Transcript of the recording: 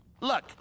Look